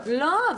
זה לא נכון.